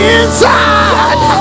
inside